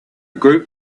group